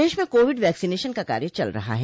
प्रदेश में Covid vaccination का कार्य चल रहा है